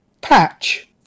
patch